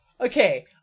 Okay